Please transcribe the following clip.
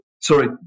sorry